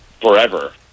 forever